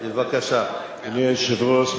אדוני היושב-ראש,